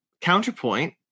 counterpoint